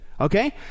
okay